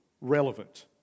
relevant